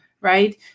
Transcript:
right